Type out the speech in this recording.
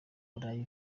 burayi